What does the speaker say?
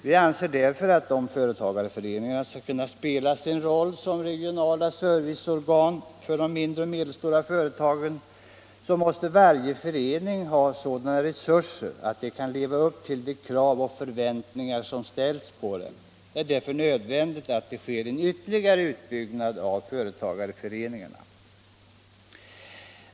Vi anser att om företagareföreningarna skall kunna spela sin roll som regionala serviceorgan för de mindre och medelstora företagen så måste varje förening ha sådana resurser att den kan leva upp till de krav och förväntningar som ställs på den. Det är därför nödvändigt att det sker en ytterligare utbyggnad av företagareföreningarna.